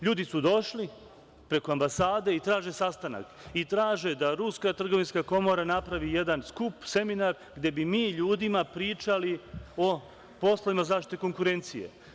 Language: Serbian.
Ljudi su došli preko ambasade i traže sastanak i traže da Ruska trgovinska komora napravi jedan skup, seminar, gde bi mi ljudima pričali o poslovima zaštite konkurencije.